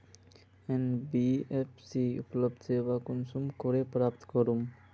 NBFC उपलब्ध सेवा कुंसम करे प्राप्त करूम?